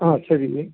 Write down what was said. ಹಾಂ ಸರಿ